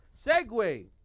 segue